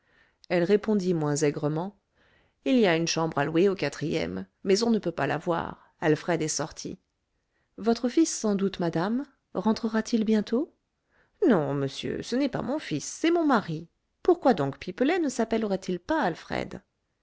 elle répondit moins aigrement il y a une chambre à louer au quatrième mais on ne peut pas la voir alfred est sorti votre fils sans doute madame rentrera-t-il bientôt non monsieur ce n'est pas mon fils c'est mon mari pourquoi donc pipelet ne sappellerait il pas alfred